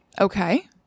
Okay